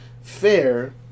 Fair